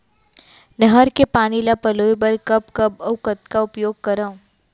नहर के पानी ल पलोय बर कब कब अऊ कतका उपयोग करंव?